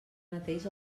mateix